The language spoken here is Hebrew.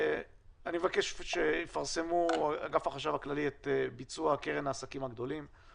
אני מבקש שאגף החשב הכללי יפרסם מה ביצוע הקרן לעסקים הגדולים,